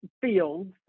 fields